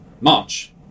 March